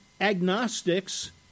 agnostics